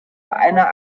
einer